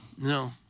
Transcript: No